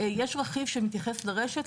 יש רכיב שמתייחס ברשת,